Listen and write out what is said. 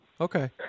Okay